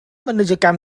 menunjukkan